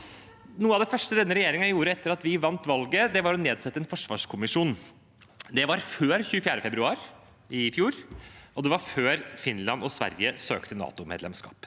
Noe av det første denne regjeringen gjorde etter at vi vant valget, var å nedsette en forsvarskommisjon. Det var før 24. februar i fjor, og det var før Finland og Sverige søkte NATO-medlemskap.